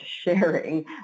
sharing